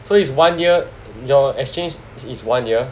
so it's one year your exchange is one year